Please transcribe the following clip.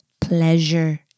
pleasure